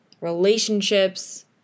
relationships